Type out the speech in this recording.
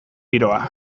giroa